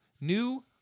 New